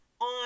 On